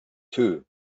too